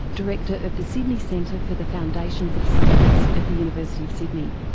director of the sydney centre for the foundations of science at the university of sydney.